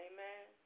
Amen